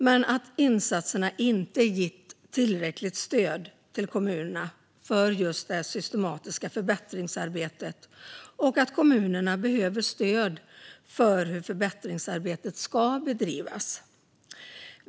Men insatserna har inte gett tillräckligt stöd till kommunerna för just det systematiska förbättringsarbetet. Kommunerna behöver stöd i hur förbättringsarbetet ska bedrivas.